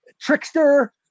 trickster